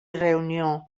reunió